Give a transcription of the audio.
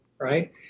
right